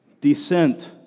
descent